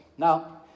Now